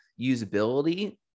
usability